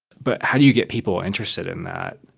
but how do you get people interested in that?